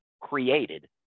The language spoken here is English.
created